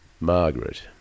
Margaret